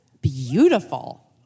beautiful